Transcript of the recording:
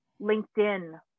LinkedIn